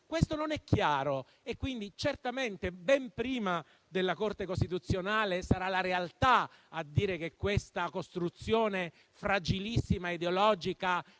questo non è chiaro, quindi certamente ben prima della Corte costituzionale sarà la realtà a dire che questa costruzione, fragilissima e ideologica,